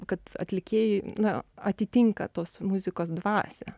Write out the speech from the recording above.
kad atlikėjai na atitinka tos muzikos dvasią